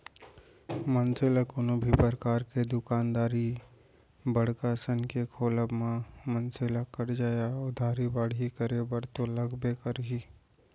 मनसे ल कोनो भी परकार के दुकानदारी बड़का असन के खोलब म मनसे ला करजा या उधारी बाड़ही करे बर तो लगबे करही